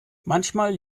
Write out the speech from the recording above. manchmal